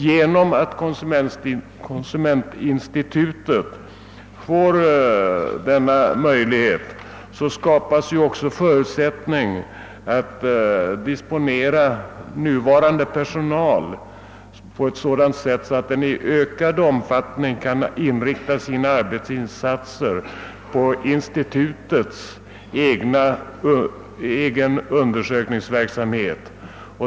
Genom att konsumentinstitutet erhåller denna möjlighet skapas också förutsättningar att disponera nuvarande personal på sådant sätt, att den i ökad omfattning kan inrikta sina arbetsinsatser på institutets egen undersökningsverksamhet.